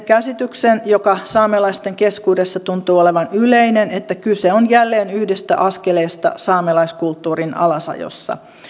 käsityksen joka saamelaisten keskuudessa tuntuu olevan yleinen että kyse on jälleen yhdestä askeleesta saamelaiskulttuurin alasajossa